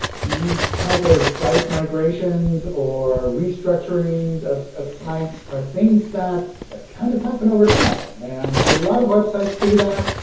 these type of site migrations or restructurings restructurings of sites are things that that kind of happen over time. and a lot of websites do that.